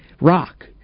Rock